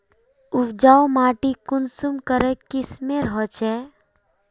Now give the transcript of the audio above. उपजाऊ माटी कुंसम करे किस्मेर होचए?